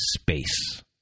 space